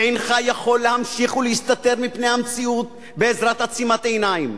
ואינך יכול להמשיך להסתתר מפני המציאות בעזרת עצימת עיניים.